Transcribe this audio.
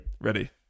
ready